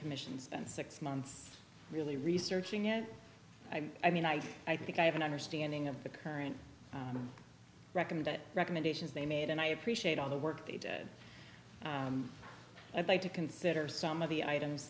commission spent six months really researching it i mean i i think i have an understanding of the current record that recommendations they made and i appreciate all the work they did i'd like to consider some of the items